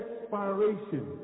Expiration